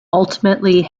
ultimately